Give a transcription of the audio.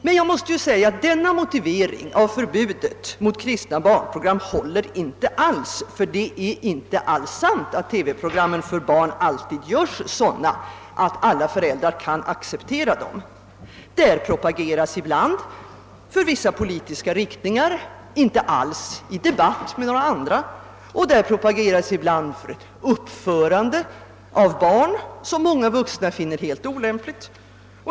Men jag måste säga att denna motivering av förbudet mot kristna barnprogram inte alls håller. Det är inte sant att TV-programmen för barn alltid görs sådana att alla föräldrar kan acceptera dem. Där propageras ibland för vissa politiska riktningar, inte alls i debatt med några andra, och där propageras ibland för ett uppförande av barn som många vuxna finner helt olämpligt.